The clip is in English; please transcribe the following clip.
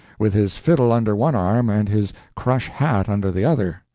with his fiddle under one arm and his crush-hat under the other,